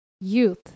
youth